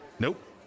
Nope